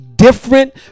different